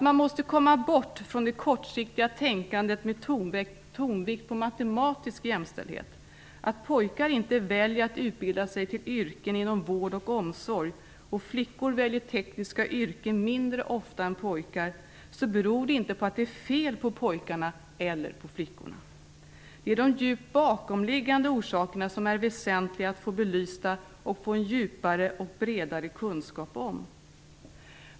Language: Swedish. Man måste komma bort från det kortsiktiga tänkandet med tonvikt på "matematisk" jämställdhet. Om pojkar inte väljer att utbilda sig till yrken inom vård och omsorg och flickor väljer tekniska yrken mindre ofta än pojkar, beror det inte på att det är fel på pojkarna eller på flickorna. Det är de djupt bakomliggande orsakerna som det är väsentligt att få belysta och få en djupare och bredare kunskap om.